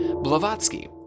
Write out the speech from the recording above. Blavatsky